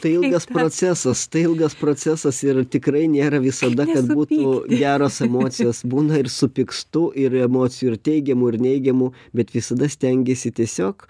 tai ilgas procesas tai ilgas procesas ir tikrai nėra visada kad būtų geros emocijos būna ir supykstu ir emocijų ir teigiamų ir neigiamų bet visada stengiesi tiesiog